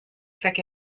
sick